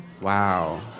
Wow